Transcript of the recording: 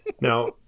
Now